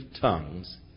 tongues